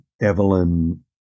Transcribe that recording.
Evelyn